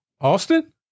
Austin